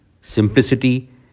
simplicity